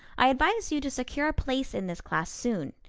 i advise you to secure a place in this class soon.